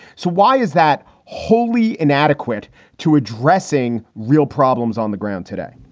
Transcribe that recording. so why is that wholly inadequate to addressing real problems on the ground today?